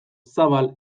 zabal